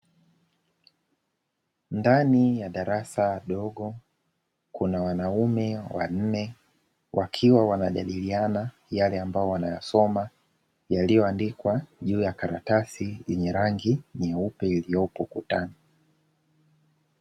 Ndani ya darasa dogo, kuna wanaume wanne, wakiwa wanajadiliana yale ambayo wanayasoma, yaliyoandikwa juu ya karatasi yenye rangi nyeupe iliyopo ukutani.